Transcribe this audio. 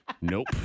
Nope